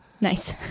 Nice